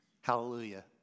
Hallelujah